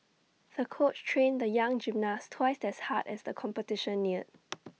the coach trained the young gymnast twice as hard as the competition neared